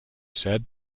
said